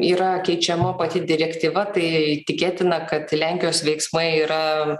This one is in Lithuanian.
yra keičiama pati direktyva tai tikėtina kad lenkijos veiksmai yra